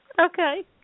Okay